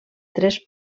tres